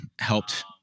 helped